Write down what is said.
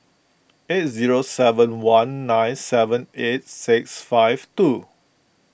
eight zero seven one nine seven eight six five two